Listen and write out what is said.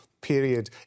period